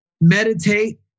Meditate